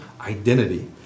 identity